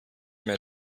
mehr